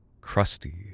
Crusty